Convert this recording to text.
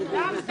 אוהבת